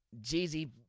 Jeezy